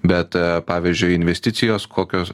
bet pavyzdžiui investicijos kokios